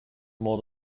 more